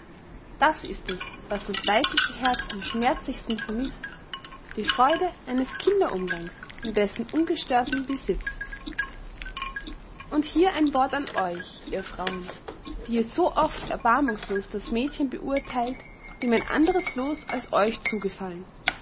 das ist es was das weibliche herz am schmerzlichsten vermißt die freude eines kinderumgangs und dessen ungestörten besitz und hier ein wort an euch ihr frauen die ihr so oft erbarmungslos das mädchen beurtheilt dem ein anderes loos als euch zugefallen